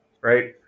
right